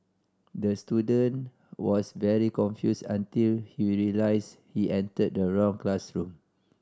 the student was very confused until he realised he entered the wrong classroom